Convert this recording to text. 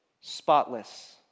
spotless